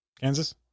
Kansas